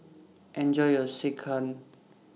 Enjoy your Sekihan